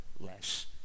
less